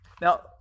Now